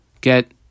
get